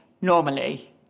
normally